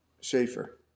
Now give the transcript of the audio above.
Schaefer